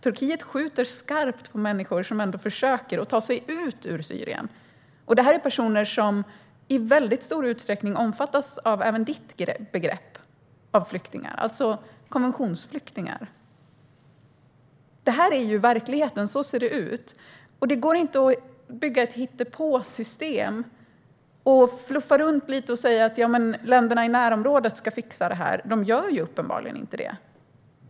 Turkiet skjuter skarpt mot människor som ändå försöker att ta sig ut ur Syrien, och det är personer som i väldigt stor utsträckning omfattas av även ditt flyktingbegrepp, alltså konventionsflyktingar. Det här är verkligheten - så ser den ut. Det går inte att bygga ett hittepåsystem, fluffa runt lite och säga att länderna i närområdet ska fixa det här. De gör ju uppenbarligen inte det.